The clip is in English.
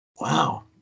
Wow